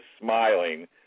smiling